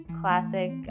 classic